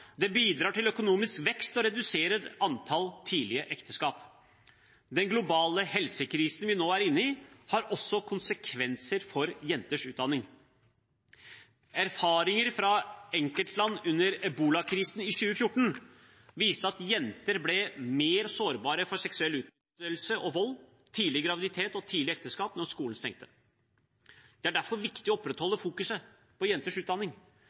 det bidrar til økonomisk vekst og reduserer antall tidlige ekteskap. Den globale helsekrisen vi nå er inne i, har også konsekvenser for jenters utdanning. Erfaringer fra enkeltland under ebolakrisen i 2014, viste at jenter ble mer sårbare for seksuell utnyttelse og vold, tidlig graviditet og tidlig ekteskap da skolen stengte. Det er derfor viktig å opprettholde fokuset på jenters utdanning,